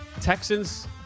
Texans